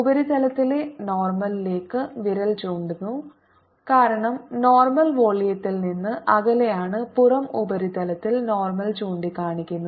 ഉപരിതലത്തിലെ നോർമൽ ലേക്ക് വിരൽ ചൂണ്ടുന്നു കാരണം നോർമൽ വോളിയത്തിൽ നിന്ന് അകലെയാണ് പുറം ഉപരിതലത്തിൽ നോർമൽ ചൂണ്ടിക്കാണിക്കുന്നു